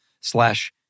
slash